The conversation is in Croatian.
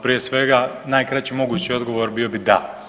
Prije svega, najkraći mogući odgovor bi bio da.